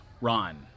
Ron